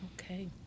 Okay